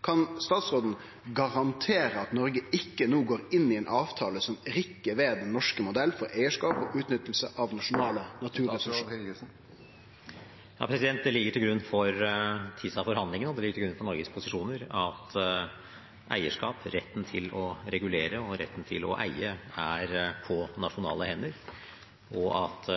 Kan statsråden garantere at Noreg ikkje no går inn i ei avtale som rokkar ved den norske modellen for eigarskap og utnytting av nasjonale naturressursar? Det ligger til grunn for TISA-forhandlingene, og det ligger til grunn for Norges posisjoner, at eierskap, retten til å regulere og retten til å eie er på nasjonale hender, og at